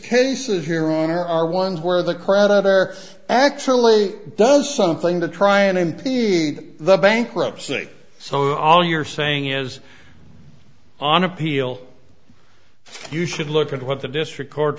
cases your honor are ones where the creditor actually does something to try and impede the bankruptcy so all you're saying is on appeal you should look at what the district court